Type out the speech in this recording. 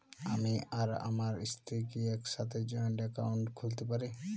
আমি আর আমার স্ত্রী কি একসাথে জয়েন্ট অ্যাকাউন্ট খুলতে পারি?